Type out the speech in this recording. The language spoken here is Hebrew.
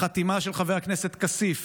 החתימה של חבר הכנסת כסיף